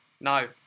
no